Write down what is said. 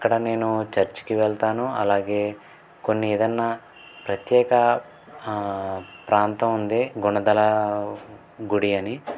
ఇక్కడ నేను చర్చ్కి వెళ్తాను అలాగే కొన్ని ఏదైనా ప్రత్యేక ప్రాంతం ఉంది గుణదల గుడి అని